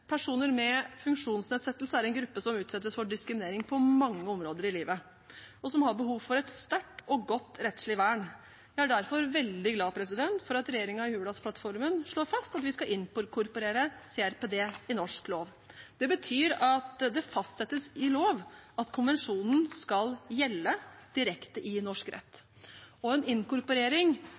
Personer med funksjonsnedsettelse er en gruppe som utsettes for diskriminering på mange områder i livet, og som har behov for et sterkt og godt rettslig vern. Jeg er derfor veldig glad for at regjeringen i Hurdalsplattformen slår fast at vi skal inkorporere CRPD i norsk lov. Det betyr at det fastsettes i lov at konvensjonen skal gjelde direkte i norsk rett, og en inkorporering